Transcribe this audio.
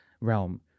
realm